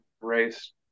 race